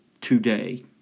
today